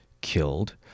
killed